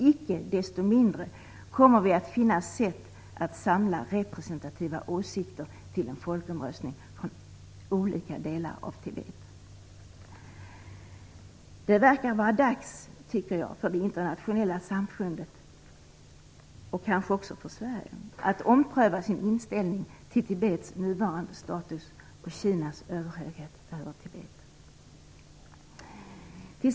Icke desto mindre kommer vi att finna sätt att samla representativa åsikter till en folkomröstning från olika delar av Tibet." Det verkar vara dags för det internationella samfundet, och kanske också för Sverige, att ompröva sin inställning till Tibets nuvarande status och Kinas överhöghet över Tibet.